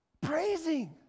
Praising